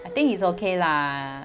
I think it's okay lah